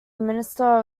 minister